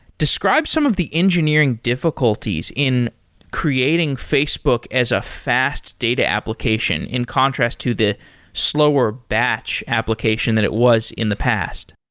describe some of the engineering difficulties in creating facebook as a fast data application in contrast to the slower batch application that it was in the past.